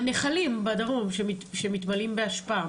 הנחלים בדרום שמתמלאים באשפה,